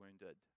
wounded